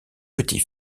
petit